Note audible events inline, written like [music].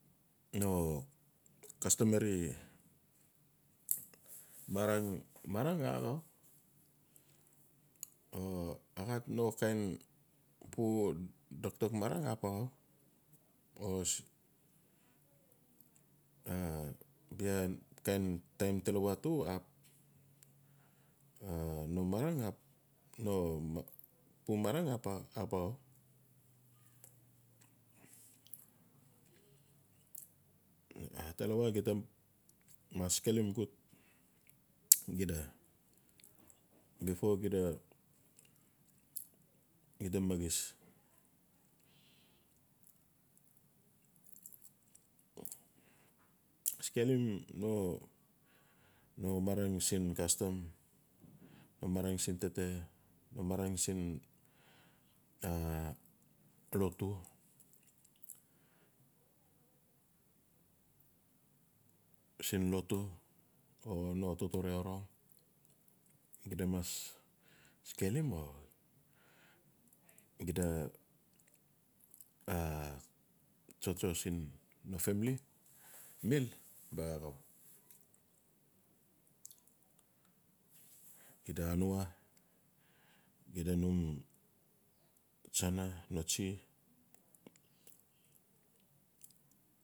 No customary marang-marang [unintelligible] xap no kain pu dokdok marang ap axau. [unintelligible] bia kind time talawa ap no pu marang ap axau. Talawa gita mas skelim goot, [noise] gita before xida maxis. Skelim no marang siin custom. no marang siin tete-no marang siin lotu o no totore orong. Xida mas skelim xida tsotso siin no family. mil ba axau [hesitation] xida hanua xida mum tsana no tsi.